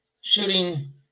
shooting